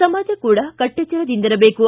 ಸಮಾಜ ಕೂಡ ಕಟ್ಪೆಚ್ವರದಿಂದಿರಬೇಕು